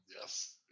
Yes